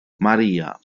maria